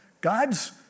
God's